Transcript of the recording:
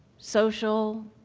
social,